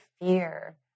fear